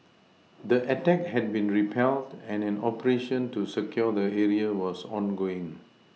the attack had been repelled and an operation to secure the area was ongoing